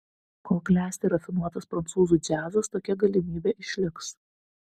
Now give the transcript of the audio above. kol klesti rafinuotas prancūzų džiazas tokia galimybė išliks